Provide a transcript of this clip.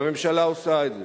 והממשלה עושה את זה: